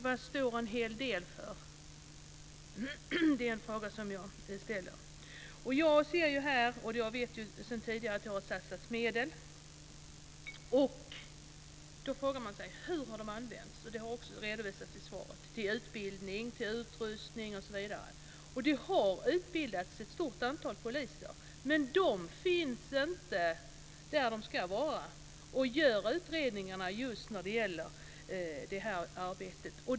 Vad står "en hel del" för? Jag vet sedan tidigare att det har satsats medel. Hur har de använts? Av svaret framgick det att det var till utbildning, till utrustning osv. Det har utbildats ett stort antal poliser, men de finns inte där de ska vara för att göra utredningar i dessa frågor.